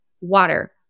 water